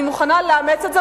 אני מוכנה לאמץ את זה,